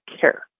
care